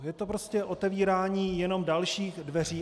Je to prostě otevírání jenom dalších dveří.